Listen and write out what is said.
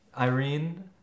Irene